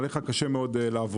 עליך קשה לעבוד.